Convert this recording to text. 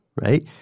right